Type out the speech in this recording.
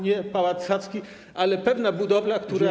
Nie Pałac Saski, ale pewna budowla, która też.